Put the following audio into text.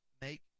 make